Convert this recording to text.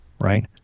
Right